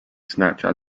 snatched